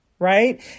Right